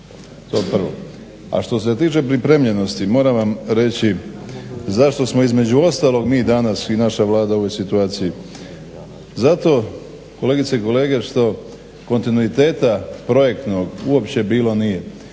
je prvo. A što se tiče pripremljenosti moram vam reći zašto smo između ostalog mi danas i naša Vlada u ovoj situaciji? Zato kolegice i kolege što kontinuiteta projektnog uopće bilo nije.